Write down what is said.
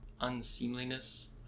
unseemliness